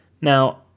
Now